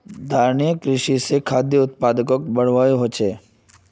धारणिये कृषि स खाद्य उत्पादकक बढ़ववाओ ह छेक